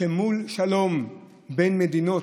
מול שלום בין מדינות,